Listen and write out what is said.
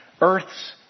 Earth's